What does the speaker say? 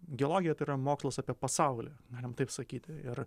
geologija tai yra mokslas apie pasaulį galim taip sakyti ir